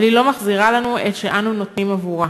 אבל היא לא מחזירה לנו את שאנו נותנים עבורה.